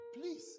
Please